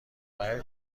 بعید